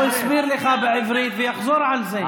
הוא הסביר לך בעברית ויחזור על זה.